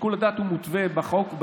שיקול הדעת מותווה בחוק.